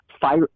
fire